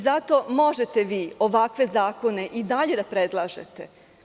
Zato, možete vi ovakve zakone i dalje da predlažete.